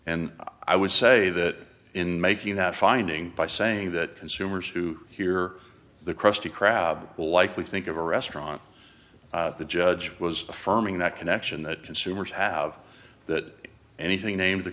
and i would say that in making that finding by saying that consumers who hear the krusty krab will likely think of a restaurant the judge was affirming that connection that consumers have that anything named the